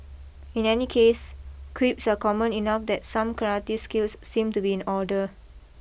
in any case creeps are common enough that some karate skills seem to be in order